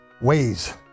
ways